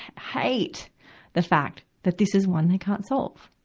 hate the fact that this is one they can't solve,